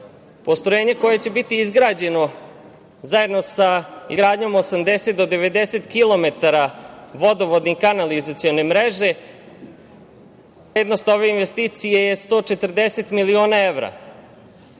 postrojenje koje će biti izgrađeno zajedno sa izgradnjom 80 do 90 kilometara vodovodne i kanalizacione mreže, a vrednost ove investicije je 140 miliona evra. Danas